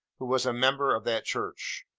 who was a member of that church.